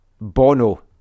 Bono